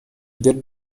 good